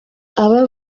aba